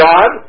God